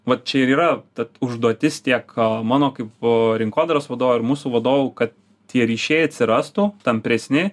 vat čia ir yra ta užduotis tiek mano kaip rinkodaros vadovo ir mūsų vadovų kad tie ryšiai atsirastų tampresni